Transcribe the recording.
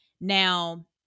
now